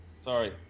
Sorry